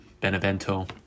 Benevento